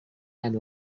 and